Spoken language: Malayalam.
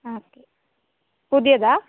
ആ പുതിയതാണോ